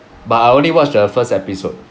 but I only watch the first episode